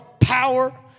power